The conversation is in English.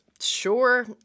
sure